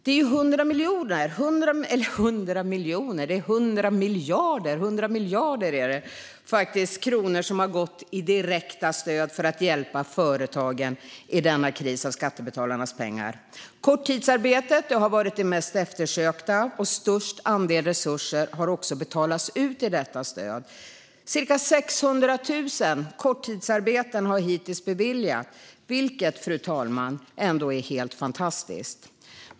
Det är ju 100 miljarder kronor av skattebetalarnas pengar som har gått till direkta stöd för att hjälpa företagen i denna kris. Korttidsstödet har varit det mest eftersökta, och störst andel resurser har också betalats ut i detta stöd. Cirka 600 000 ansökningar om korttidsstöd har hittills beviljats, vilket ändå är helt fantastiskt.